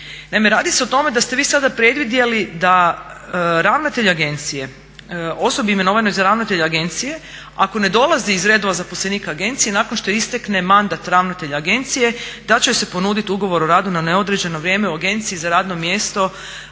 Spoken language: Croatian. radi se o tome da ste vi sada predvidjeli da ravnatelj agencije osobi imenovanoj za ravnatelja agencije ako ne dolazi iz redova zaposlenika agencije nakon što istekne mandat ravnatelja agencije da će joj se ponuditi ugovor o radu na neodređeno vrijeme u agenciji za radno mjesto